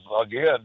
again